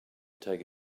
take